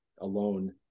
alone